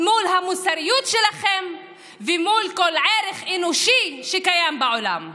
מול המוסריות שלכם ומול כל ערך אנושי שקיים בעולם.